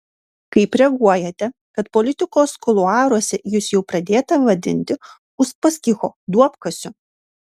kaip reaguojate kad politikos kuluaruose jus jau pradėta vadinti uspaskicho duobkasiu